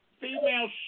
female